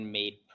made